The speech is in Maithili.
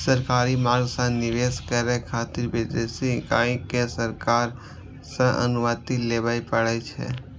सरकारी मार्ग सं निवेश करै खातिर विदेशी इकाई कें सरकार सं अनुमति लेबय पड़ै छै